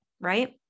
right